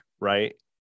right